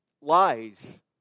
Lies